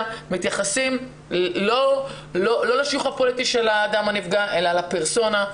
מתייחסים לא לשיוך הפוליטי של האדם שנפגע אלא לפרסונה.